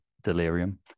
delirium